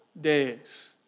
days